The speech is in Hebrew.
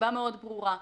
ומסיבה מאוד ברורה.